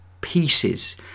pieces